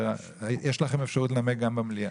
יש לכם אפשרות לנמק גם במליאה.